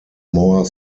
more